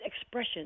expression